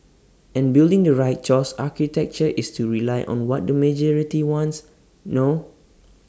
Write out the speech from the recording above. and building the right choice architecture is to rely on what the majority wants no